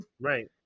right